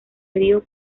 río